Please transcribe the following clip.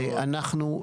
אנחנו,